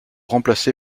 remplacé